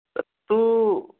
तत् तु